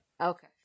Okay